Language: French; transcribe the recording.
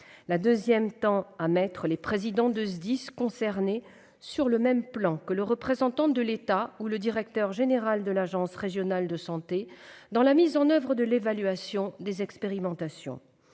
La deuxième tend à mettre les présidents des SDIS concernés sur le même plan que le représentant de l'État ou le directeur général de l'agence régionale de santé dans la mise en oeuvre et l'évaluation des expérimentations.